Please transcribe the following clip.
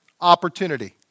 opportunity